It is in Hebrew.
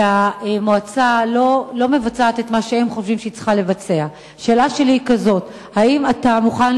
ומאזנים בין המטרות של המועצה לבין העומס המוטל על